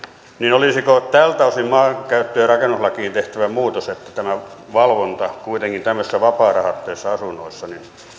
olisiko tältä osin maankäyttö ja rakennuslakiin tehtävä muutos että tämä valvonta kuitenkin tämmöisissä vapaarahoitteisissa asunnoissa